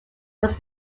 was